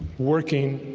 working